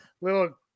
little